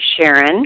Sharon